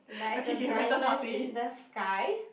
like a diamond in the sky